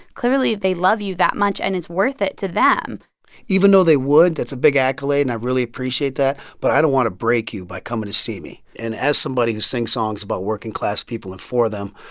clearly, they love you that much, and it's worth it to them even though they would that's a big accolade, and i really appreciate that but i don't want to break you by coming to see me. and as somebody who sings songs about working-class people and for them,